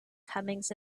comings